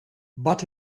but